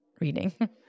reading